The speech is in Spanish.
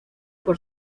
por